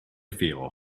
feel